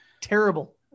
terrible